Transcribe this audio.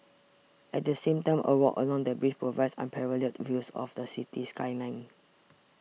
at the same time a walk along the bridge provides unparalleled views of the city skyline